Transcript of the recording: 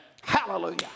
Hallelujah